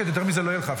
יותר שקט מזה לא יהיה לך.